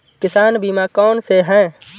किसान बीमा कौनसे हैं?